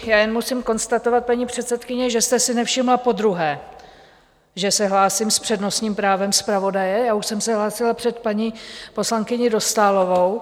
Já jen musím konstatovat, paní předsedkyně, že jste si nevšimla podruhé, že se hlásím s přednostním právem zpravodaje, já už jsem se hlásila před paní poslankyní Dostálovou.